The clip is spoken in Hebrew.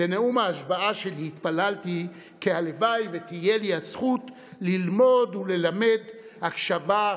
בנאום ההשבעה שלי התפללתי כי הלוואי ותהיה לי הזכות ללמוד וללמד הקשבה,